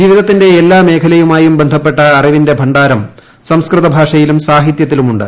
ജീവിതത്തിന്റെ എല്ലാമേഖലയുമായും ബന്ധപ്പെട്ട അറിവിന്റെ ഭണ്ഡാരം സംസ്കൃതഭാഷയിലും സാഹിത്യത്തിലുമുണ്ട്